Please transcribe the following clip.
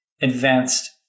advanced